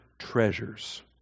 treasures